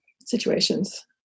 situations